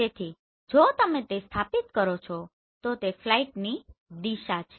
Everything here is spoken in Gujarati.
તેથી જો તમે તે સ્થાપિત કરો છો તો તે ફ્લાઇટની દિશા છે